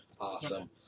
Awesome